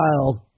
child